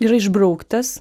yra išbrauktas